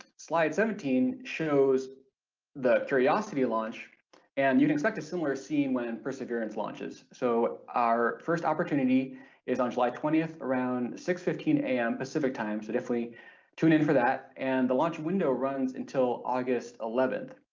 slide seventeen shows the curiosity launch and you'd expect a similar scene when perseverance launches, so our first opportunity is on july twentieth around six fifteen a m pacific time so definitely tune in for that and the launch window runs until august eleventh.